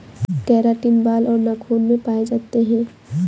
keratin बाल और नाखून में पाए जाते हैं